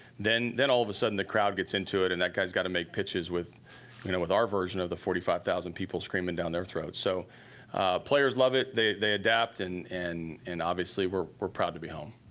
then then all of a sudden the crowd gets into it and that guy has to make pitches with you know with our version of the forty five thousand people screaming down their throat. so players love it, they they adapt, and and and we're we're proud to be home.